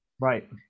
right